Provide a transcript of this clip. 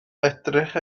edrych